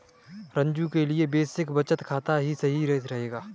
रंजू के लिए बेसिक बचत खाता ही सही रहेगा